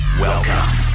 Welcome